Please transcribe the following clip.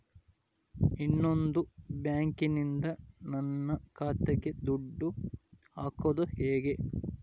ಇನ್ನೊಂದು ಬ್ಯಾಂಕಿನಿಂದ ನನ್ನ ಖಾತೆಗೆ ದುಡ್ಡು ಹಾಕೋದು ಹೇಗೆ?